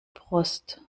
brust